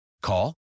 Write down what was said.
Call